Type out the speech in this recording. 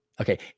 Okay